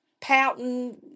pouting